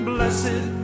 Blessed